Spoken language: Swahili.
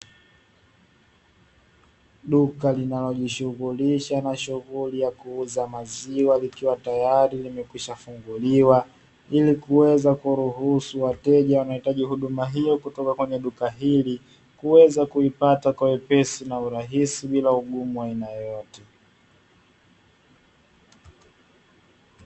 Duka linalojishughulisha na shughuli ya kuuza maziwa likiwa tayari limekwisha funguliwa, ili kuweza kuruhusu wateja wanaohitaji huduma hiyo kutoka kwenye duka hili, kuweza kuipata kwa wepesi na urahisi bila ugumu wa aina yoyote.